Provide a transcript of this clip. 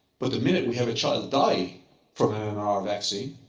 but the minute we have a child die from an mmr vaccine,